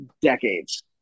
decades